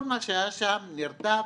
כל מה שהיה שם נרטב,